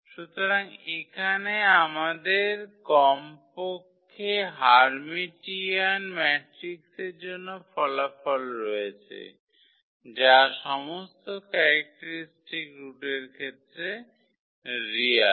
সুতরাং এখানে আমাদের কমপক্ষে হার্মিটিয়ান ম্যাট্রিক্সের জন্য ফলাফল রয়েছে যা সমস্ত ক্যারেক্টারিস্টিক রুটের ক্ষেত্রে রিয়াল